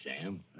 Sam